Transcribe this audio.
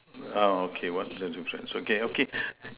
uh okay what's there to treads okay okay